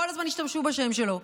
כל הזמן השתמשו בשם שלו.